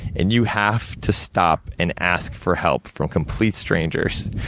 and you have to stop and ask for help from complete strangers.